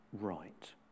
right